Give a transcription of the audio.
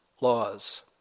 laws